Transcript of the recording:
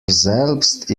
selbst